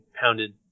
pounded